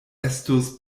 estus